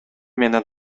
менен